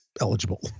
eligible